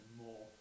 more